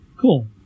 Cool